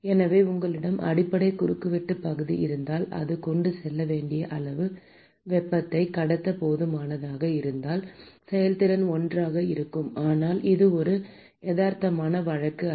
எனவே உங்களிடம் அடிப்படை குறுக்குவெட்டுப் பகுதி இருந்தால் அது கொண்டு செல்ல வேண்டிய அளவு வெப்பத்தைக் கடத்த போதுமானதாக இருந்தால் செயல்திறன் 1 ஆக இருக்கும் ஆனால் இது ஒரு யதார்த்தமான வழக்கு அல்ல